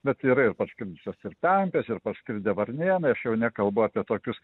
bet yra ir parskridusios ir pempės ir parskridę varnėnai aš jau nekalbu apie tokius